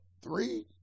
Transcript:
three